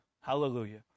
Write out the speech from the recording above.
hallelujah